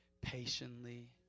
patiently